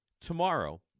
tomorrow